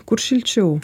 kur šilčiau